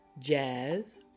Jazz